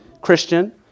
Christian